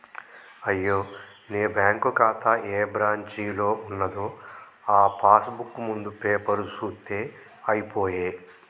అయ్యో నీ బ్యాంకు ఖాతా ఏ బ్రాంచీలో ఉన్నదో ఆ పాస్ బుక్ ముందు పేపరు సూత్తే అయిపోయే